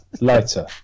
lighter